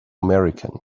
american